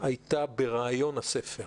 הייתה ברעיון הספר.